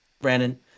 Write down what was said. Brandon